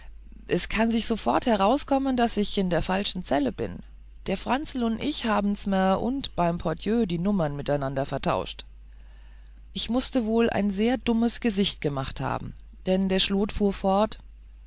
es kann sich soffort herauskommen daß ich in der falschen zellen bin der franzl und ich habens me unt beim pordjöh die nummern mitsamm vertauscht ich mußte wohl ein sehr dummes gesicht gemacht haben denn der schlot fuhr fort